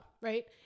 right